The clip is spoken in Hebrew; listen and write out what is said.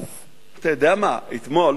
אתה יודע מה, אתמול